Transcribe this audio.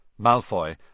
Malfoy